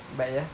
but ya